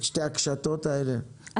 את שתי הקשתות הללו,